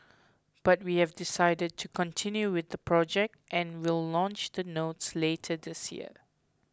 but we have decided to continue with the project and will launch the notes later this year